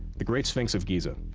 the great sphinx of giza.